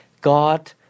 God